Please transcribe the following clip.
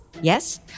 Yes